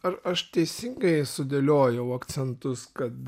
ar aš teisingai sudėliojau akcentus kad